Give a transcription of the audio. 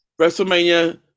WrestleMania